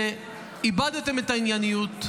איבדתם את הענייניות,